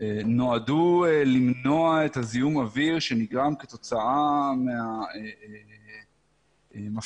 נועדו למנוע את זיהום האוויר שנגרם כתוצאה מהמפחמות,